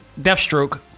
deathstroke